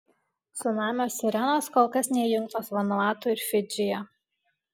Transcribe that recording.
cunamio sirenos kol kas neįjungtos vanuatu ir fidžyje